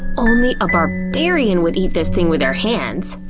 only a barbarian would eat this thing with their hands.